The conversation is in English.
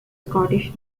scottish